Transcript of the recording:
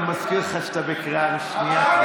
אני מזכיר לך שאתה כבר בקריאה שנייה.